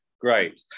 Great